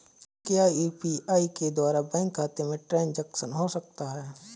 क्या यू.पी.आई के द्वारा बैंक खाते में ट्रैन्ज़ैक्शन हो सकता है?